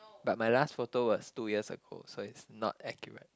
but my last photo was two years ago so it's not accurate